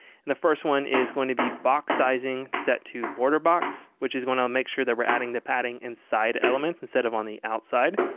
and the first one is going to be box-sizing set to border-box, which is going to make sure that we're adding the padding inside elements instead of on the outside.